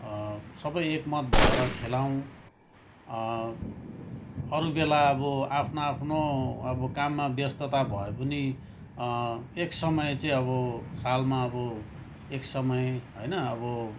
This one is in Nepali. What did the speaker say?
सबै एक मत भएर खेलाउँ अरू बेला अब आफ्नो आफ्नो अब काममा व्यस्तता भए पनि एक समय चाहिँ अब सालमा अब एक समय होइन अब